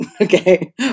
Okay